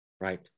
right